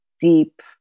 deep